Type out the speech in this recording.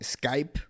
Skype